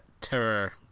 Terror